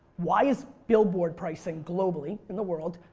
why is billboard pricing globally, in the world,